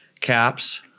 caps